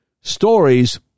stories